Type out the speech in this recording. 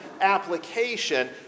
application